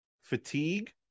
fatigue